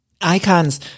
Icons